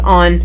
on